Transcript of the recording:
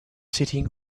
sitting